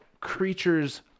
creatures